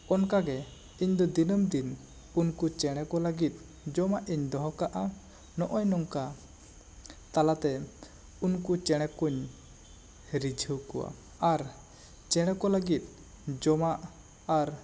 ᱚᱱᱠᱟ ᱜᱮ ᱤᱧ ᱫᱚ ᱫᱤᱱᱟᱹᱢ ᱫᱤᱱ ᱩᱱᱠᱩ ᱪᱮᱬᱮ ᱠᱚ ᱞᱟᱹᱜᱤᱫ ᱡᱚᱢᱟᱜ ᱤᱧ ᱫᱚᱦᱚ ᱠᱟᱜᱼᱟ ᱱᱚᱜᱼᱚᱭ ᱱᱚᱝᱠᱟ ᱛᱟᱞᱟ ᱛᱮ ᱩᱱᱠᱩ ᱪᱮᱬᱮ ᱠᱩᱧ ᱨᱤᱡᱷᱟᱹᱣ ᱠᱚᱣᱟ ᱟᱨ ᱪᱮᱬᱮ ᱠᱚ ᱞᱟᱹᱜᱤᱫ ᱡᱚᱢᱟᱜ ᱟᱨ